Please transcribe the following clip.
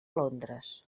londres